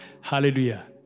Hallelujah